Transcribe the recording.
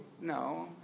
no